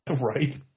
Right